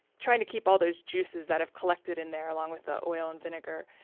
trying to keep all those juices that have collected in there along with the oil and vinegar,